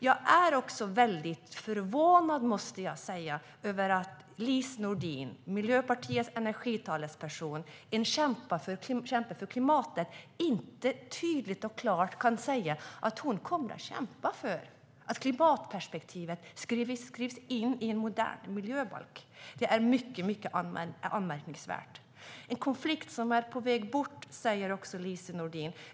Jag är också väldigt förvånad, måste jag säga, över att Lise Nordin - Miljöpartiets energitalesperson och en kämpe för klimatet - inte tydligt och klart kan säga att hon kommer att kämpa för att klimatperspektivet skrivs in i en modern miljöbalk. Det är mycket anmärkningsvärt. Lise Nordin talar om en konflikt som är på väg bort.